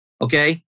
Okay